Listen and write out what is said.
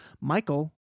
Michael